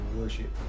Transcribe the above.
worship